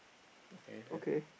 okay can